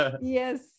yes